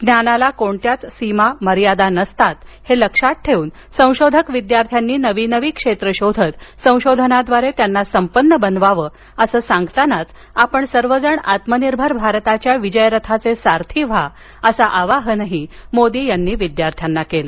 ज्ञानाला कोणत्याच सीमा मर्यादा नसतात हे लक्षात ठेवून संशोधक विद्यार्थांनी नवी नवी क्षेत्र शोधत संशोधनाद्वारे त्यांना संपन्न बनवावं असं सांगतानाच आपण सर्वजण आत्मनिर्भर भारताच्या विजयरथाचे सारथी व्हा असं आवाहन पंतप्रधान नरेंद्र मोदी यांनी विद्यार्थ्यांना केलं